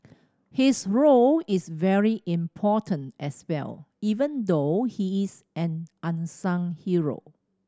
his role is very important as well even though he is an unsung hero